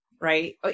right